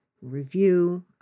Review